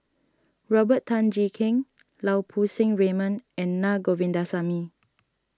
Robert Tan Jee Keng Lau Poo Seng Raymond and Naa Govindasamy